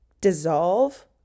dissolve